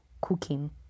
cooking